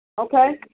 Okay